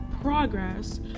progress